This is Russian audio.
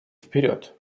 вперед